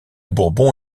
bourbon